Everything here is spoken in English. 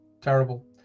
terrible